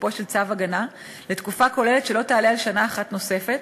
תוקפו של צו הגנה לתקופה כוללת שלא תעלה על שנה אחת נוספת,